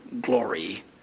glory